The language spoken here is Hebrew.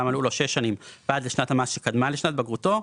מלאו לו שש שנים ועד לשנת המס שקדמה לשנת בגרותו,